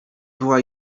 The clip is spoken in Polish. była